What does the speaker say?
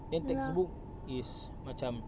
in textbook is macam